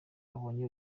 abonye